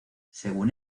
según